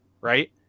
right